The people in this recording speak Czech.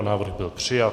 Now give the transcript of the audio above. Návrh byl přijat.